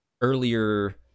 earlier